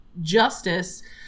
justice